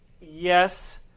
Yes